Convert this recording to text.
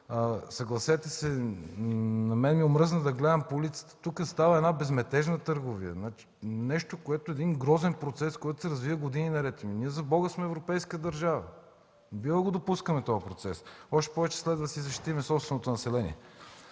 Съгласете се, на мен ми омръзна да гледам по улиците, тук става една безметежна търговия. Един грозен процес, който се развива години наред. Ние, за Бога, сме европейска държава – не бива да допускаме този процес. Още повече следва да си защитим собственото население.